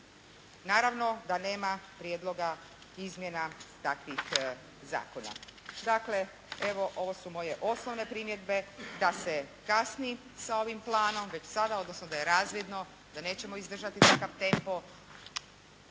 Naravno da nema prijedloga izmjena takvih zakona. Dakle evo ovo su moje osnovne primjedbe da se kasni sa ovim planom već sada odnosno da je razvidno da nećemo izdržati takav tempo